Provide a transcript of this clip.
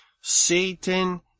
Satan